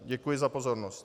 Děkuji za pozornost.